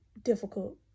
difficult